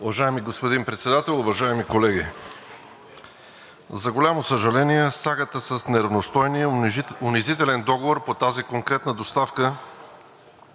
Уважаеми господин Председател, уважаеми колеги! За голямо съжаление сагата с неравностойния, унизителен договор по тази конкретна доставка